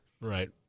right